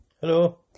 Hello